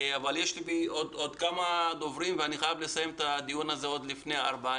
יש עוד כמה דוברים ואני חייב לסיים את הדיון הזה לפני ארבע.